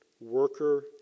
worker